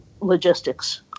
logistics